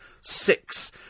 six